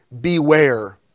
beware